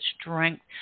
strength